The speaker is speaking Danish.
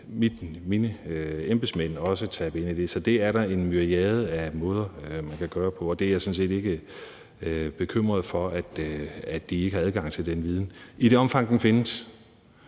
mine embedsmænd også tage det ned. Så det er der en myriader af måder man kan gøre på, og jeg er sådan set ikke bekymret for, at de ikke har adgang til den viden i det omfang, den findes.